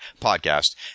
Podcast